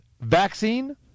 vaccine